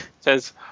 says